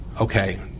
okay